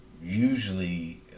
usually